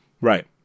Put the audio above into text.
Right